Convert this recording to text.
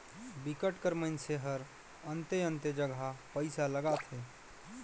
बिकट कर मइनसे हरअन्ते अन्ते जगहा पइसा लगाथे